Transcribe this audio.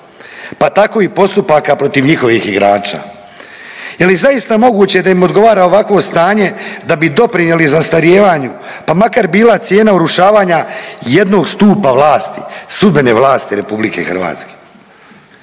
pa tako i postupaka protiv njihovih igrača. Je li zaista moguće da im odgovara ovakvo stanje da bi doprinijeli zastarijevanju pa makar bila cijena urušavanja jednog stupa vlasti, sudbene vlasti RH. Potrebno je